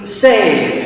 save